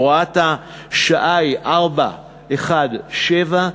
הוראת השעה היא 417,